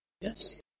Yes